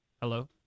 Hello